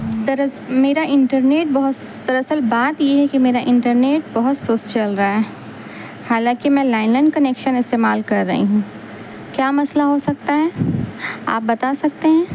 در اصل میرا انٹرنیٹ بہت در اصل بات یہ ہے کہ میرا انٹرنیٹ بہت سست چل رہا ہے حالانکہ میں لئن لائن کنیکشن استعمال کر رہی ہوں کیا مسئلہ ہو سکتا ہے آپ بتا سکتے ہیں